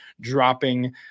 dropping